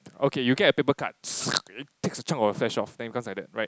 okay you get a paper cut it takes a chunk of your flesh off then it becomes like that right